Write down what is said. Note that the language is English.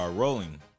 Rolling